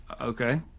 Okay